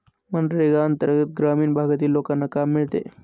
मनरेगा अंतर्गत ग्रामीण भागातील लोकांना काम मिळते